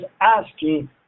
asking